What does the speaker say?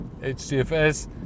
HDFS